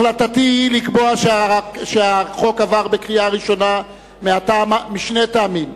החלטתי היא לקבוע שהחוק עבר בקריאה ראשונה משני טעמים.